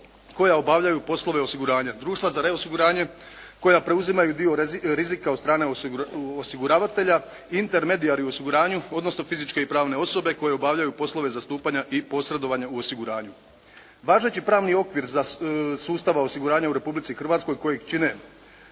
koja obavljaju poslove osiguranja, društva za reosiguranje koja preuzimaju dio rizika od strane osiguravatelja, intermedijari u osiguranju odnosno fizičke i pravne osobe koje obavljaju poslove zastupanja i posredovanja u osiguranju. Važeći pravni okvir sustava osiguranja u Republici Hrvatskoj kojeg čine